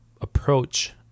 approach